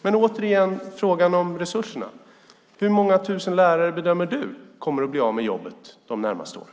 Men återigen frågan om resurserna: Hur många tusen lärare bedömer du kommer att bli av med jobben de närmaste åren?